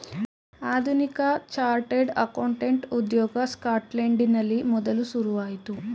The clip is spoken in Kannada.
ಆಧುನಿಕ ಚಾರ್ಟೆಡ್ ಅಕೌಂಟೆಂಟ್ ಉದ್ಯೋಗ ಸ್ಕಾಟ್ಲೆಂಡಿನಲ್ಲಿ ಮೊದಲು ಶುರುವಾಯಿತು